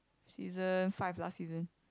she's uh five plus season